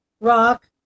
Rock